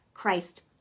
Christ